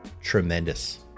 tremendous